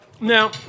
Now